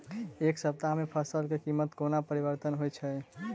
एक सप्ताह मे फसल केँ कीमत कोना परिवर्तन होइ छै?